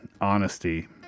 Honesty